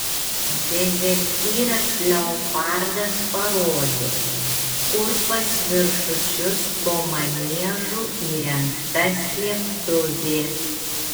dezertyras leopardas parodė kur pas viršučius po maniežu įrengta slėptuvė